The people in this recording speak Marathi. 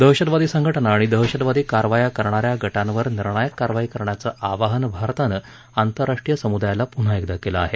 दहशतवादी संघटना आणि दहशतवादी कारवाया करणाऱ्या गटांवर निर्णायक कारवाई करण्याचं आवाहन भारतानं आंतराष्ट्रीय समुदायाला पुन्हा एकदा केलं आहे